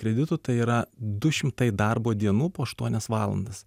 kreditų tai yra du šimtai darbo dienų po aštuonias valandas